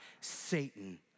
Satan